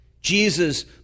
Jesus